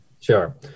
sure